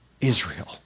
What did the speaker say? Israel